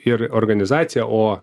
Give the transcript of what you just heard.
ir organizacija o